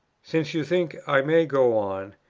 since you think i may go on,